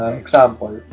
example